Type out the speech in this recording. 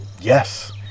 yes